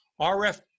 RF